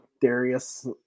Darius